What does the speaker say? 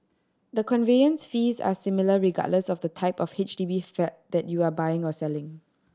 the conveyance fees are similar regardless of the type of H D B flat that you are buying or selling